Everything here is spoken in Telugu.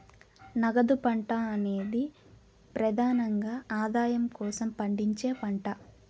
నగదు పంట అనేది ప్రెదానంగా ఆదాయం కోసం పండించే పంట